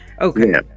Okay